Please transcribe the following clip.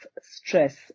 stress